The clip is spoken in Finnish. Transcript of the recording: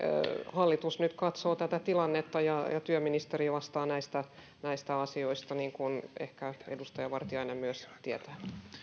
hallitus nyt katsoo tätä tilannetta ja ja työministeri vastaa näistä näistä asioista niin kuin ehkä myös edustaja vartiainen tietää